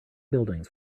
buildings